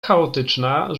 chaotyczna